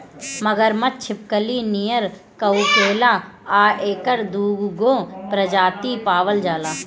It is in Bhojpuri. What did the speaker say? मगरमच्छ छिपकली नियर लउकेला आ एकर दूगो प्रजाति पावल जाला